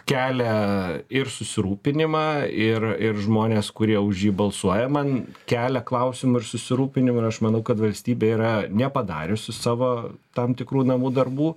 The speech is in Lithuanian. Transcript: kelia ir susirūpinimą ir ir žmones kurie už jį balsuoja man kelia klausimų ir susirūpinimų ir aš manau kad valstybė yra nepadariusi savo tam tikrų namų darbų